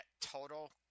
total